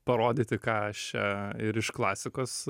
parodyti ką aš čia ir iš klasikos